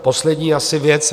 Poslední asi věc.